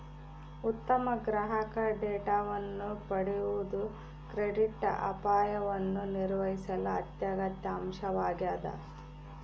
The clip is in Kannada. ಉತ್ತಮ ಗ್ರಾಹಕ ಡೇಟಾವನ್ನು ಪಡೆಯುವುದು ಕ್ರೆಡಿಟ್ ಅಪಾಯವನ್ನು ನಿರ್ವಹಿಸಲು ಅತ್ಯಗತ್ಯ ಅಂಶವಾಗ್ಯದ